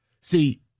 See